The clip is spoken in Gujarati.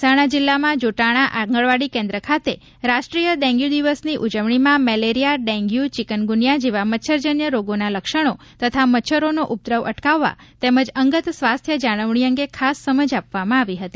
મહેસાણા જિલ્લામાં જોટાણા આંગણવાડી કેન્દ્ર ખાતે રાષ્ટ્રીય ડેન્ગ્યુ દિવસ ઉજવણીમાં મેલેરીયા ડેન્ગ્યુ ચીકનગુનિયા જેવા મચ્છરજન્ય રોગોના લક્ષણો તથા મચ્છરોનો ઉપદ્રવ અટકાવવા તેમજ અંગત સ્વાસ્થ્ય જાળવણી અંગે ખાસ સમજ આપવામાં આવી હતી